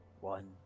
one